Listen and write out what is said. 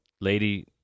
lady